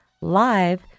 live